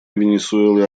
венесуэлы